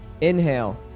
inhale